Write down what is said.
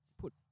put